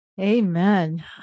Amen